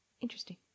Interesting